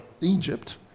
Egypt